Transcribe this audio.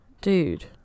Dude